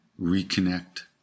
reconnect